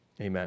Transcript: Amen